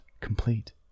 complete